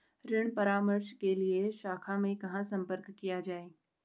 ऋण परामर्श के लिए शाखा में कहाँ संपर्क किया जाए?